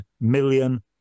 million